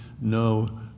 no